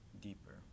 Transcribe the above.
deeper